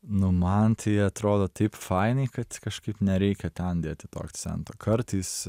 nu man tai atrodo taip fainiai kad kažkaip nereikia ten dėti to akcento kartais